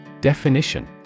Definition